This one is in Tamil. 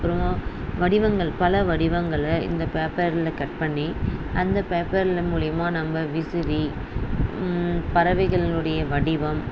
அப்புறம் வடிவங்கள் பல வடிவங்களை இந்த பேப்பரில் கட் பண்ணி அந்த பேப்பரில் மூலயமா நம்ப விசிறி பறவைகளினுடைய வடிவம்